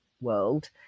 world